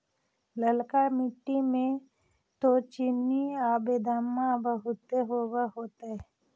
ललका मिट्टी मे तो चिनिआबेदमां बहुते होब होतय?